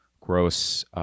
gross